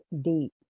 deep